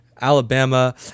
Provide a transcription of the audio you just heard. Alabama